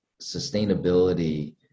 sustainability